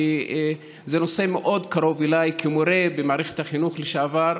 כי זה נושא שקרוב אליי כמורה במערכת החינוך לשעבר,